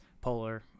polar